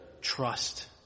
trust